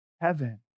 heaven